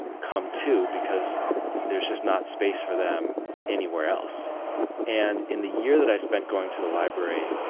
come to because there's just not space for them anywhere else and in the year that i spent going to the library,